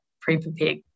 pre-prepared